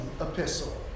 epistle